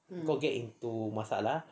kau get into masalah